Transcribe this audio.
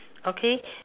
okay